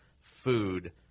food